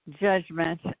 judgment